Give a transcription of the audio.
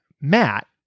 Matt